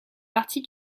partie